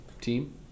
team